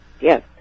Yes